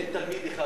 אין אפילו תלמיד אחד.